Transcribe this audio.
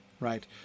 Right